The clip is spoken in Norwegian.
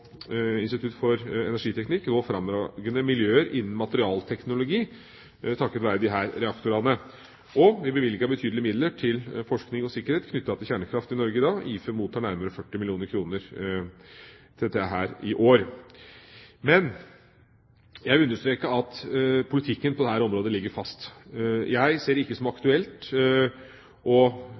Institutt for energiteknikk nå fremragende miljøer innen materialteknologi takket være disse reaktorene. Vi bevilger betydelige midler til forskning på sikkerhet knyttet til kjernekraft i Norge i dag. IFE mottar nærmere 40 mill. kr til dette i år. Men jeg vil understreke at politikken på dette området ligger fast. Jeg ser det ikke som aktuelt